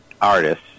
artists